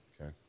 Okay